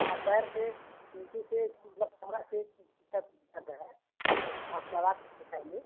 हाँ पैर से नीचे से मतलब कमर से तक दर्द है आप दवा बताइए